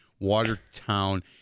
Watertown